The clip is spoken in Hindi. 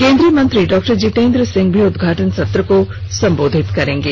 केन्द्रीय मंत्री डॉक्टर जितेन्द्र सिंह भी उद्घाटन सत्र को सम्बोधित करेंगे